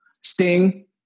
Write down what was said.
Sting